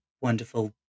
wonderful